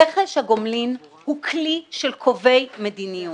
רכש הגומלין הוא כלי של קובעי מדיניות,